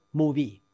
movie